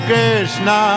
Krishna